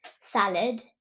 salad